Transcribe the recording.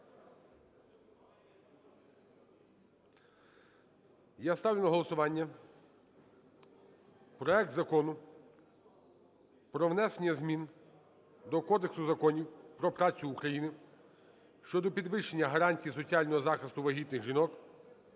Я ставлю на голосування проект Закону про внесення змін до Кодексу законів про працю України щодо підвищення гарантій соціального захисту вагітних жінок